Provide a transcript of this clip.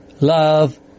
love